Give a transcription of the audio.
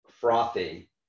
frothy